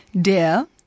der